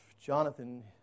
Jonathan